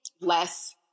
less